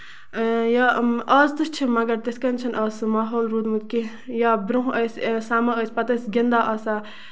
یا آز تہِ چھِ مَگر تِتھۍ کٔنۍ چھُنہٕ سُہ ماحول روٗدمُت کیٚنہہ یا برونہہ ٲسۍ سَمان ٲسۍ پَتہٕ ٲسۍ گِندان آسان